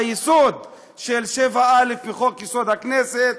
ביסוד של 7א לחוק-יסוד: הכנסת,